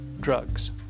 drugs